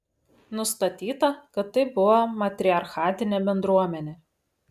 nustatyta kad tai buvo matriarchatinė bendruomenė